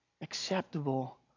acceptable